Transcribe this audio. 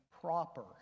proper